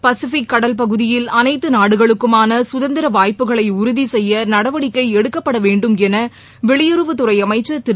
Pacific கடல் பகுதியில் அனைத்து நாடுகளுக்குமான சுதந்திர வாய்ப்புகளை உறுதி செய்ய நடவடிக்கை எடுக்கப்பட வேண்டும் என வெளியுறவத்துறை அமைச்சர் திரு